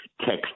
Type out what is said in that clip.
text